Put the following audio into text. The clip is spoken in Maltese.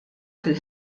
fil